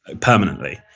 permanently